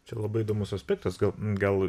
čia labai įdomus aspektas gal gal